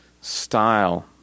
style